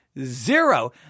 Zero